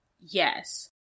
Yes